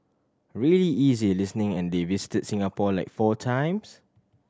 really easy listening and they visited Singapore like four times